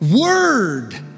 Word